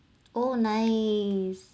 oh nice oh